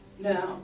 Now